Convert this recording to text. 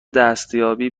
دستیابی